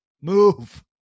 Move